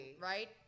right